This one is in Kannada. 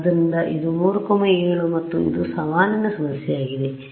ಆದ್ದರಿಂದ ಇದು 3 7 ಮತ್ತು ಇದು ಸವಾಲಿನ ಸಮಸ್ಯೆಯಾಗಿದೆ